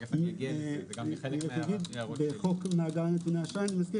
יתחיל מנקודה אפס.